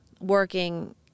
working